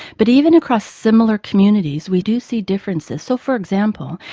but even across similar communities we do see differences. so, for example,